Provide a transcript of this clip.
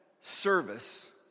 service